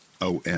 om